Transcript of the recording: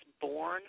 born